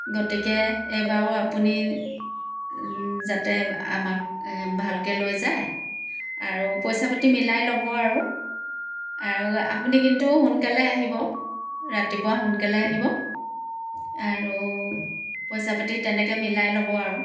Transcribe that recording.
গতিকে এইবাৰো আপুনি যাতে আমাক ভালকৈ লৈ যায় আৰু পইচা পাতি মিলাই ল'ব আৰু আৰু আপুনি কিন্তু সোনকালে আহিব ৰাতিপুৱা সোনকালে আহিব আৰু পইচা পাতি তেনেকৈ মিলাই ল'ব আৰু